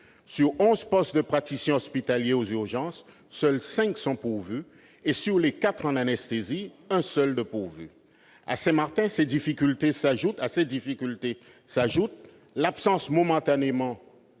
Sur 11 postes de praticien hospitalier aux urgences, seuls 5 sont pourvus, et sur les 4 en anesthésie, 1 seul est pourvu. À Saint-Martin, à ces difficultés s'ajoutent l'absence momentanée